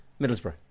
Middlesbrough